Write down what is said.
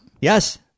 Yes